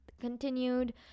continued